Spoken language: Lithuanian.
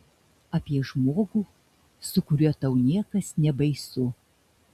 apie žmogų su kuriuo tau niekas nebaisu